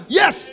yes